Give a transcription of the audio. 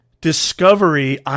Discovery